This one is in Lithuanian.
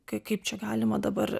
k kaip čia galima dabar